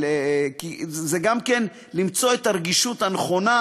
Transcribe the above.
זה גם למצוא את הרגישות הנכונה: